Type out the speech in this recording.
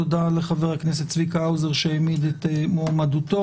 תודה לחבר הכנסת צביקה האוזר שהעמיד את מועמדותו.